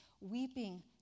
weeping